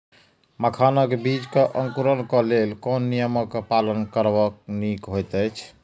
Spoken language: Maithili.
मखानक बीज़ क अंकुरन क लेल कोन नियम क पालन करब निक होयत अछि?